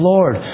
Lord